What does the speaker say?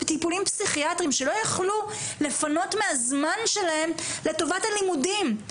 ובטיפולים פסיכיאטריים שלא יכלו לפנות מהזמן שלהם לטובת הלימודים.